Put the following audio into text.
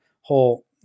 whole